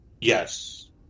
Yes